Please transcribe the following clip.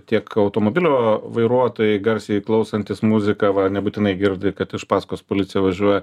tiek automobilio vairuotojai garsiai klausantys muziką va nebūtinai girdi kad iš pasakos policija važiuoja